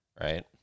right